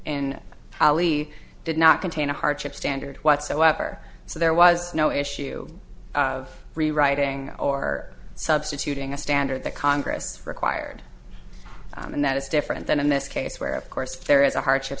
poly did not contain a hardship standard whatsoever so there was no issue of rewriting or substituting a standard that congress for required and that is different than in this case where of course there is a hardship